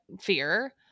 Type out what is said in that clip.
fear